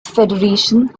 federation